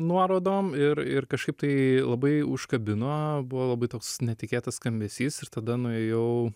nuorodom ir ir kažkaip tai labai užkabino buvo labai toks netikėtas skambesys ir tada nuėjau